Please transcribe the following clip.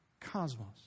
cosmos